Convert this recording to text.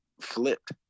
flipped